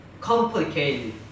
complicated